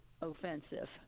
offensive